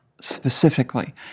specifically